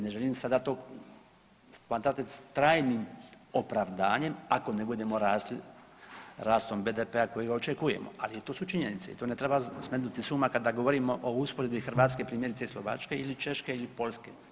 Ne želim sada to smatrati trajnim opravdanjem, ako ne budemo rasli rastom BDP-a kojega očekujemo, ali i to su činjenice i to ne treba smetnuti s uma kada govorimo o usporedbi, Hrvatske primjerice, Slovačke ili Češke ili Poljske.